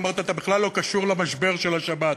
אמרתי: אתה בכלל לא קשור למשבר של השבת,